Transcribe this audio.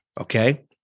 Okay